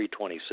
326